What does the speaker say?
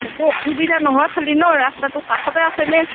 একো অসুবিধা নহয় খালী ন ৰাস্তাটো কাষতে আছেনে